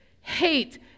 hate